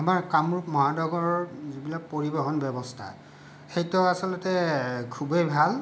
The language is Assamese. আমাৰ কামৰূপ মহানগৰৰ যিবিলাক পৰিৱহণ ব্যৱস্থা সেইটো আচলতে খুবেই ভাল